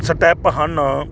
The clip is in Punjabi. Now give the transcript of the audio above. ਸਟੈਪ ਹਨ